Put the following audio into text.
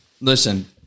listen